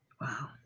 Wow